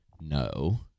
no